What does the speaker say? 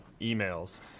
emails